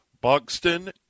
Buxton